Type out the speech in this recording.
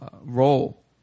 role